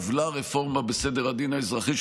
הובלה רפורמה בסדר הדין האזרחי,